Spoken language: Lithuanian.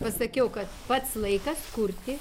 pasakiau kad pats laikas kurti